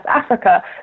Africa